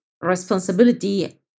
responsibility